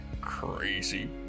crazy